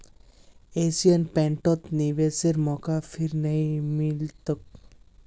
Asian पेंटत निवेशेर मौका फिर नइ मिल तोक